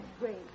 great